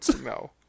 no